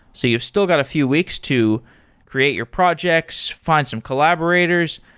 so you still got a few weeks to create your projects, find some collaborators,